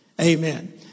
Amen